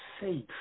safe